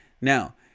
Now